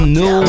no